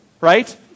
right